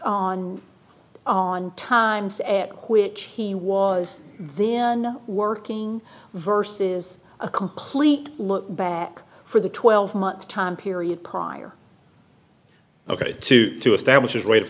on on times and quits he was there working versus a complete look back for the twelve months time period prior ok two to establish his rate